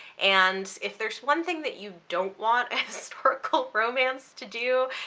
and if there's one thing that you don't want a historical romance to do,